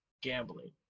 gambling